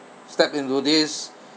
step into this